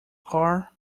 car